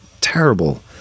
terrible